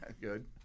Good